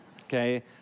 Okay